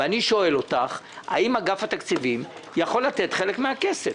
אני שואל אותך: האם אגף התקציבים יכול לתת חלק מן הכסף?